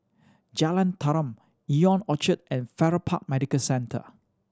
Jalan Tarum Ion Orchard and Farrer Park Medical Centre